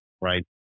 Right